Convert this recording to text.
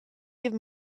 give